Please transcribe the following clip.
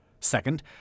Second